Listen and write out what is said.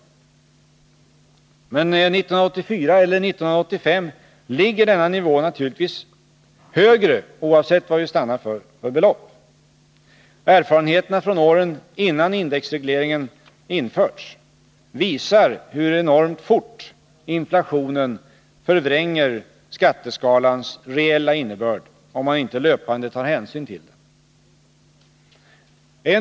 1984 eller 1985 ligger denna nivå naturligtvis högre, oavsett vilket belopp vi stannar för. Erfarenheterna från åren innan indexregleringen införts visar hur enormt fort inflationen förvränger skatteskalans reella innebörd, om man inte löpande tar hänsyn till den.